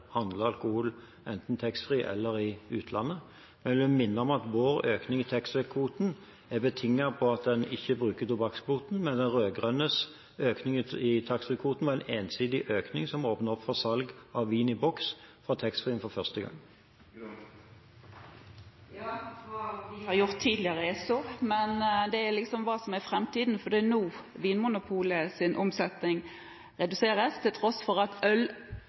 alkohol, enten i taxfree-en eller i utlandet. Jeg vil minne om at vår økning av taxfree-kvoten er betinget av at en ikke bruker tobakkskvoten, mens de rød-grønnes økning av taxfree-kvoten var en ensidig økning, som for første gang åpnet opp for salg av vin i boks fra taxfree-en. Hva vi har gjort tidligere, er nå så, men dette handler om framtiden, for det er nå Vinmonopolets omsetning reduseres, til tross for at